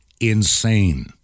insane